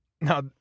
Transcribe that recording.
Now